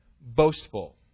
boastful